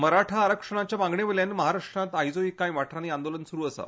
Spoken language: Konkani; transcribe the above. मराठा आरक्षणाच्या मागणे वेल्यान महाराष्ट्रांत आयजुय कांय वाठारांत आंदोलन सुरू आसा